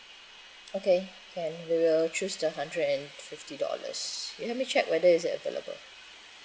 okay can we will choose the hundred and fifty dollars you help me check whether is available